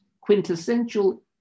quintessential